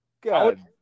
God